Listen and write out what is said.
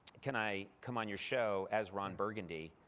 can i come on your show as ron burgundy,